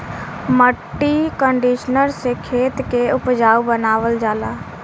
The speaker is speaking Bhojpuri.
मट्टी कंडीशनर से खेत के उपजाऊ बनावल जाला